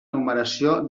numeració